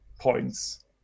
points